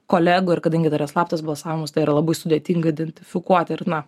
kolegų ir kadangi dar yra slaptas balsavimas tai yra labai sudėtinga identifikuoti ar ne